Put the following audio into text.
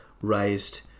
raised